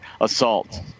Assault